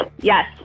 Yes